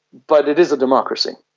but it is a democracy.